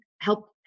help